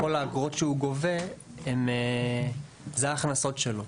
כל האגרות שהוא גובה הן ההכנסות שלו,